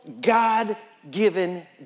God-given